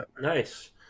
Nice